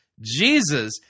Jesus